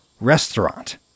restaurant